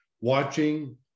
watching